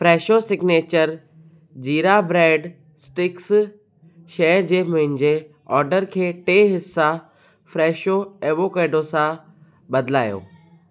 Fresho signature jeera bread sticks शइ जे मुंहिंजे ऑडर खे टे हिसा फ़्रेशो एवोकेडो सां बदिलायो